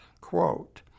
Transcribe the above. Quote